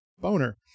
boner